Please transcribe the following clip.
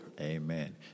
Amen